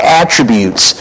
attributes